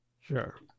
Sure